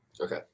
Okay